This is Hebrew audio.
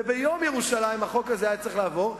וביום ירושלים החוק הזה היה צריך לעבור,